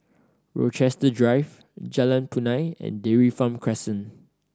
Rochester Drive Jalan Punai and Dairy Farm Crescent